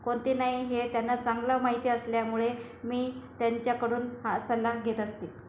कोणते नाही हे त्याना चांगलं माहिती असल्यामुळे मी त्यांच्याकडून हा सल्ला घेत असते